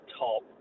top